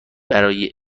برای